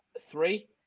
Three